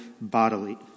bodily